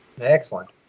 Excellent